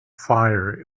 fire